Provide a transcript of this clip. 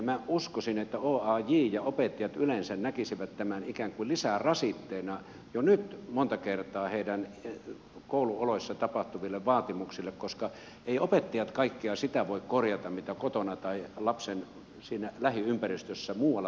minä uskoisin että oaj ja opettajat yleensä näkisivät tämän ikään kuin lisärasitteena jo nyt monta kertaa heidän kouluoloissaan tapahtuville vaatimuksille koska eivät opettajat kaikkea sitä voi korjata mitä tapahtuu kotona tai lapsen lähiympäristössä muualla kuin koulussa